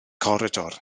coridor